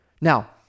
Now